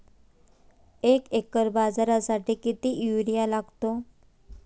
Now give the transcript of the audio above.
एक एकर बाजरीसाठी किती युरिया लागतो?